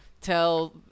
tell